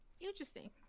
Interesting